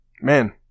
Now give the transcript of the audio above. man